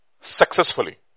successfully